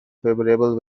favorable